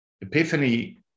Epiphany